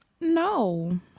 No